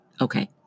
Okay